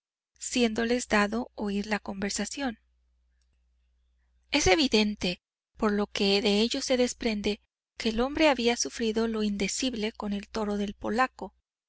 toro siéndoles dado oir la conversación es evidente por lo que de ello se desprende que el hombre había sufrido lo indecible con el toro del polaco